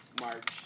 March